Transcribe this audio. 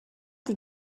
die